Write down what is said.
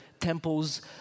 temple's